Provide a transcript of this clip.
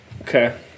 Okay